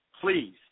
Please